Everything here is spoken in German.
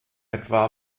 etwa